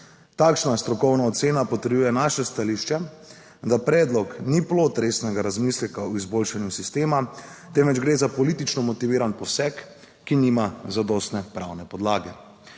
Takšna strokovna ocena potrjuje naše stališče, da predlog ni plod resnega razmisleka o izboljšanju sistema, temveč gre za politično motiviran poseg, ki nima zadostne pravne podlage.